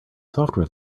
software